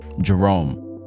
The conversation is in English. Jerome